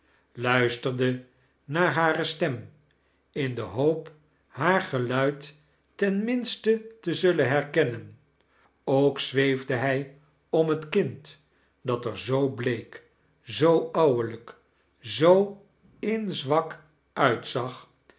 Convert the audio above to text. luisterde naar hare stem in de hoop haar geluid ten minste te zullen herkennen ook zweefde hij om het kind dat er zoo bleefc zoo ouwelijk zoo in-zwak uitzag